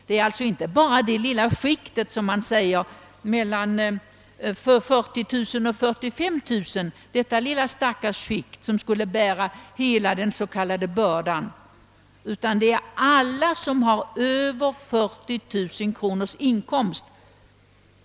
Det är alltså inte bara det stackars lilla skiktet som ligger mellan 40 000 och 45 000 kronor som skulle bära hela den s.k. bördan. Det är alla som har över 40 000 kronor i inkomst.